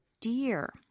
dear